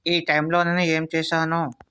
ఈ టైం లో నిన్న ఏం చేసాను